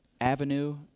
avenue